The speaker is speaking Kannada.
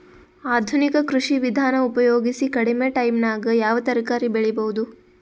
ಆಧುನಿಕ ಕೃಷಿ ವಿಧಾನ ಉಪಯೋಗಿಸಿ ಕಡಿಮ ಟೈಮನಾಗ ಯಾವ ತರಕಾರಿ ಬೆಳಿಬಹುದು?